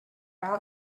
fell